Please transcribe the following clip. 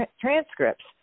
transcripts